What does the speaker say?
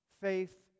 faith